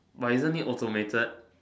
but isn't it automated